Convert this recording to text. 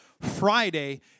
Friday